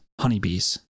honeybees